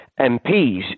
MPs